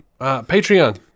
Patreon